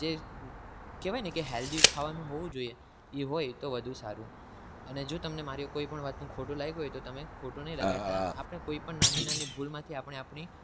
જે કહેવાય ને કે હેલ્થી ખાવાનું હોવું જોઈએ એ હોય તો વધુ સારું અને જો તમને મારી કોઈ પણ વાતનું ખોટું લાગ્યું હોય તો તમે ખોટું નહીં લગાડતા આપણે કોઈ પણ નાની નાની ભૂલમાંથી આપણે આપણી